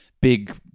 big